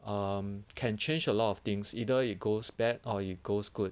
um can change a lot of things either it goes bad or it goes good